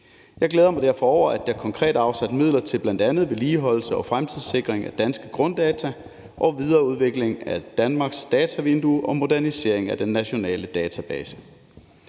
Jeg glæder mig derfor over, at der konkret er afsat midler til bl.a. vedligeholdelse og fremtidssikring af danske grunddata og videreudvikling af Danmarks datavindue og modernisering af den nationale database.